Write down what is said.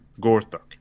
Gorthok